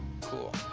Cool